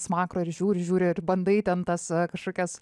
smakro ir žiūri žiūri ir bandai ten tas kažkokias